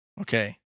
okay